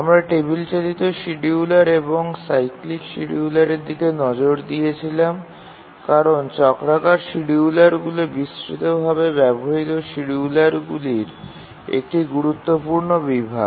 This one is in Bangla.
আমরা টেবিল চালিত শিডিয়ুলার এবং সাইক্লিক শিডিয়ুলারদের দিকে নজর দিয়েছিলাম কারণ চক্রাকার শিডিয়ুলারগুলি বিস্তৃতভাবে ব্যবহৃত শিডিয়ুলারগুলির একটি গুরুত্বপূর্ণ বিভাগ